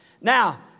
Now